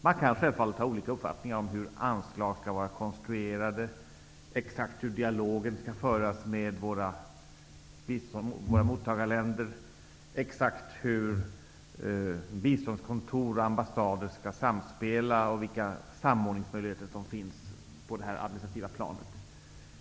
Man kan självfallet ha olika uppfattningar om hur anslag skall vara konstruerade, exakt hur dialogen skall föras med våra mottagarländer, exakt hur biståndskontor och ambassader skall samspela och vilka samordningsmöjligheter som finns på det administrativa planet.